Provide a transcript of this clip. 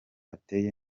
ateye